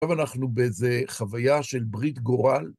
עכשיו אנחנו באיזו חוויה של ברית גורל.